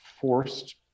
forced